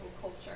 culture